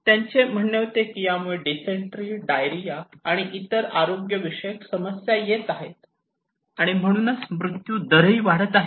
त्यांचे म्हणणे होते कि यामुळे डिसेंट्री डायरिया आणि इतर आरोग्यविषयक समस्या येत आहेत आणि म्हणून मृत्यू दरही वाढत आहे